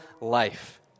life